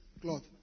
cloth